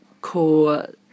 core